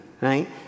right